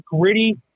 gritty